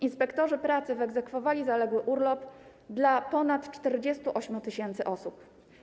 Inspektorzy pracy wyegzekwowali zaległy urlop dla ponad 48 tys. osób.